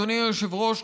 אדוני היושב-ראש,